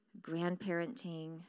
grandparenting